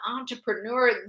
entrepreneur